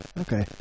Okay